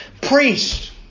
Priest